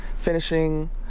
finishing